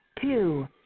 Two